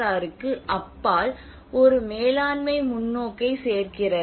ஆருக்கு அப்பால் ஒரு மேலாண்மை முன்னோக்கைச் சேர்க்கிறது